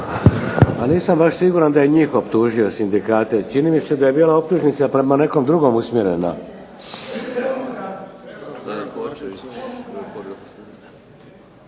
A nisam baš siguran da je njih optužio, sindikate. Čini mi se da je bila optužnica prema nekom drugom usmjerena.